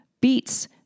Beets